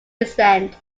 descent